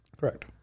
Correct